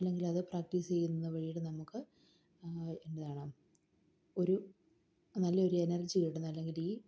അല്ലെങ്കിൽ അത് പ്രാക്ടീസ് ചെയ്യുന്നതുവഴി നമുക്ക് എന്താണ് ഒരു നല്ലൊരു എനർജി കിട്ടുന്ന അല്ലെങ്കിൽ ഈ